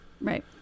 right